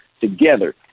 together